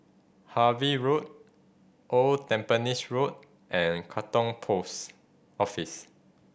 Harvey Road Old Tampines Road and Katong Post Office